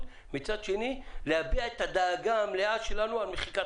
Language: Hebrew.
ומצד שני להביע את הדאגה המלאה שלנו על מחיקת